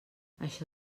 això